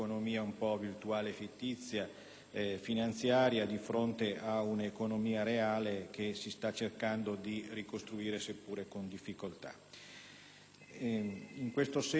In questo senso